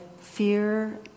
fear